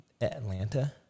Atlanta